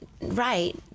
right